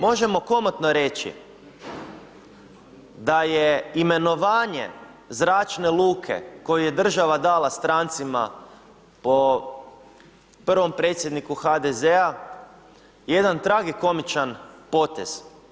Možemo komotno reći da je imenovanje zračne luke koju je država dala strancima po prvom predsjedniku HDZ-a jedan tragikomičan potez.